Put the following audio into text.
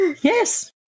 Yes